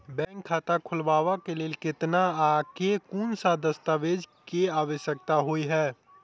Bank खाता खोलबाबै केँ लेल केतना आ केँ कुन सा दस्तावेज केँ आवश्यकता होइ है?